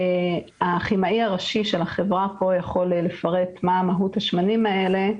הכימאי הראשי של החברה יכול לפרט מה מהות השמנים האלה.